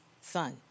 son